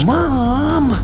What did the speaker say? Mom